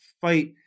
fight